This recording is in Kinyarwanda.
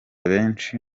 benshi